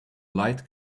light